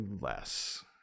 less